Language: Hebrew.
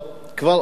כבר אז,